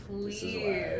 please